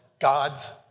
God's